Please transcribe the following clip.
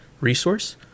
resource